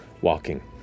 walking